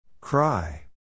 Cry